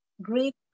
great